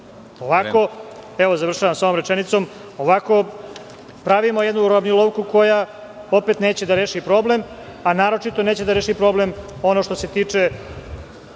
Vreme.)Završavam jednom rečenicom. Ovako, pravimo jednu uravnilovku, koja opet neće da reši problem, a naročito neće da reši problem onoga što se tiče